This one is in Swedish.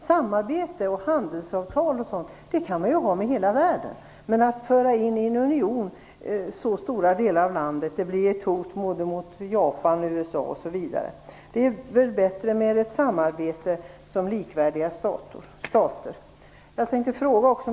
Samarbete och handelsavtal och sådant kan man ju ha med hela världen. Men att föra in så stora områden i en union det blir ett hot mot både Japan och USA. Det är väl bättre med ett samarbete mellan likvärdiga stater.